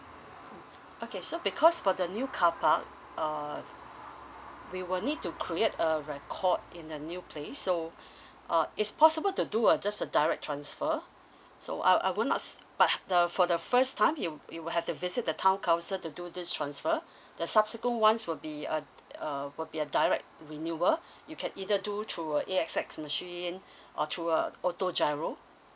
okay so because for the new car park uh we will need to create a record in a new place so uh it's possible to do a just a direct transfer so I will not but the for the first time you you will have to visit the town council to do this transfer the subsequent ones will be uh uh will be a direct renewal you can either do through uh A_X_S machine or through uh auto GIRO